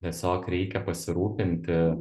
tiesiog reikia pasirūpinti